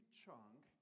chunk